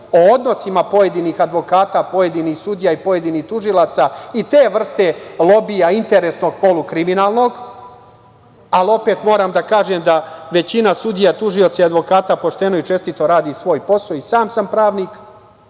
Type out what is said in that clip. o odnosima pojedinih advokata, pojedinih sudija i pojedinih tužilaca i te vrste lobija interesnog, polukriminalnog, ali opet moram da kažem da većina sudija, tužioca i advokata pošteno i čestito radi svoj posao, i sam sam pravnik,